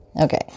Okay